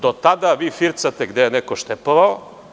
Do tada vi fircate gde je neko štepovao.